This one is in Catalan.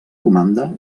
comanda